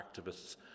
activists